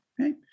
okay